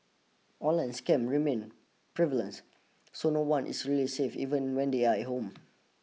online scam remain prevalence so no one is really safe even when they're at home